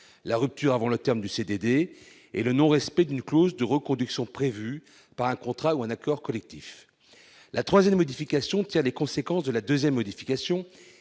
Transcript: la rupture avant le terme du CDD ; le non-respect d'une clause de reconduction prévue par contrat ou accord collectif. La troisième modification tire les conséquences de la deuxième modification